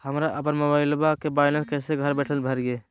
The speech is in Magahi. हमरा अपन मोबाइलबा के बैलेंस कैसे घर बैठल भरिए?